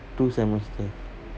two semester